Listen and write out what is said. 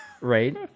Right